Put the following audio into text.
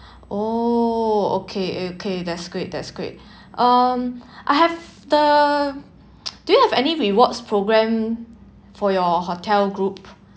oh okay okay that's great that's great um I have the do you have any rewards programme for your hotel group